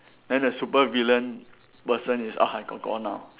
then the supervillain person is Ah Hai kor kor now